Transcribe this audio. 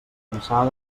pensar